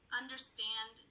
understand